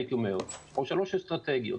או שלוש אסטרטגיות.